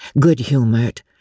good-humoured